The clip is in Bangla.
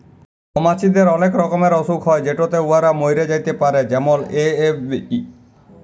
মমাছিদের অলেক রকমের অসুখ হ্যয় যেটতে উয়ারা ম্যইরে যাতে পারে যেমল এ.এফ.বি